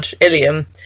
Ilium